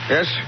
Yes